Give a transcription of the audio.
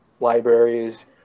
libraries